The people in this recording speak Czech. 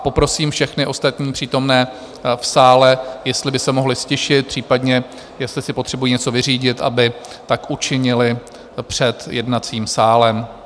Poprosím všechny ostatní přítomné v sále, jestli by se mohli ztišit, případně jestli si potřebují něco vyřídit, aby tak učinili před jednacím sálem.